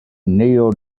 neal